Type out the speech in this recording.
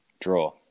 Draw